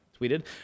tweeted